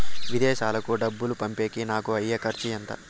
విదేశాలకు డబ్బులు పంపేకి నాకు అయ్యే ఖర్చు ఎంత?